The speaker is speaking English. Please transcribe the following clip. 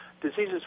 diseases